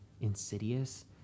Insidious